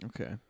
Okay